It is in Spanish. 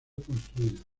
construida